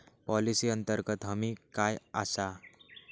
Policy अंतर्गत हमी काय आसा?